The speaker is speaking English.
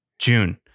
June